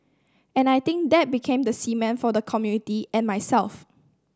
and I think that became the cement for the community and myself